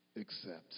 accept